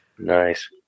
Nice